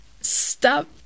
Stop